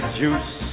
juice